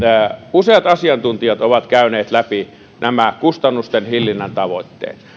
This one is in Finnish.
useat asiantuntijat ovat käyneet läpi nämä kustannusten hillinnän tavoitteet